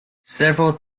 several